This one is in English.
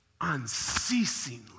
unceasingly